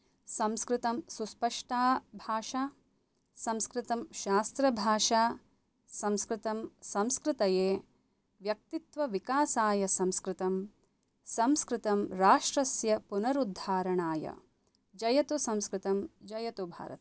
संस्कृतं सुस्पष्टा भाषा संस्कृतं शास्त्रभाषा संस्कृतं संस्कृतये व्यक्तित्वविकासाय संस्कृतं संस्कृतं राष्ट्रस्य पुनरुद्धरणाय जयतु संस्कृतं जयतु भारतम्